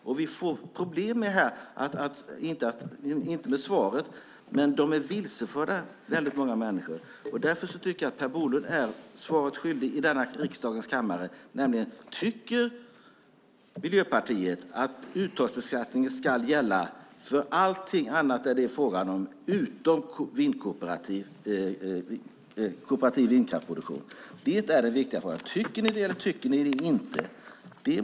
Vi har inget problem med svaret, men många människor är vilseförda. Därför tycker jag att Per Bolund är svaret skyldig i riksdagens kammare. Tycker Miljöpartiet att uttagsbeskattning ska gälla för allt utom kooperativ vindkraftsproduktion? Det är den viktiga frågan. Tycker ni det, eller tycker ni inte det?